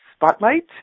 spotlight